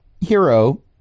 Hero